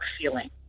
feeling